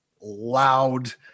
loud